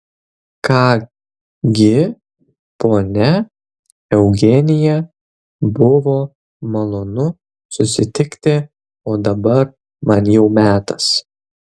ką gi ponia eugenija buvo malonu susitikti o dabar man jau metas